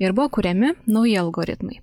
ir buvo kuriami nauji algoritmai